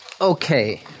Okay